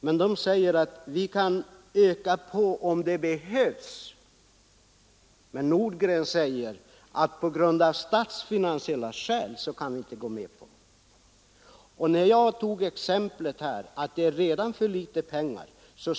De säger i stället att vi kan öka på när det behövs. Herr Nordgren däremot säger att han av statsfinansiella skäl inte kan gå med på en ökning. Jag tog här ett exempel som visar att det redan finns för litet pengar.